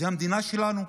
זאת המדינה שלנו.